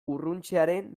urruntzearen